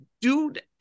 dude